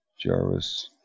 Jarvis